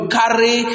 carry